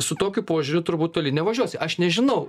su tokiu požiūriu turbūt toli nevažiuosi aš nežinau